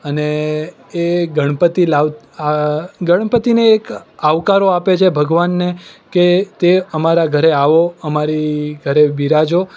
અને એ ગણપતિ લાવ ગણપતિને એક આવકારો આપે છે ભગવાનને કે તે અમારા ઘરે આવો અમારી ઘરે બિરાજો